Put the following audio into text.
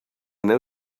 know